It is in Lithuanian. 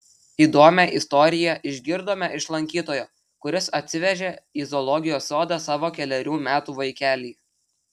įdomią istoriją išgirdome iš lankytojo kuris atsivežė į zoologijos sodą savo kelerių metų vaikelį